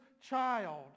child